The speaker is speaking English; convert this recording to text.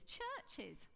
churches